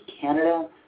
Canada